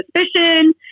suspicion